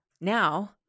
now